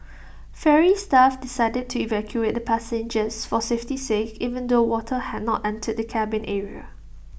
ferry staff decided to evacuate the passengers for safety's sake even though water had not entered the cabin area